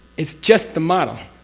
it's just the model,